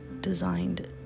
designed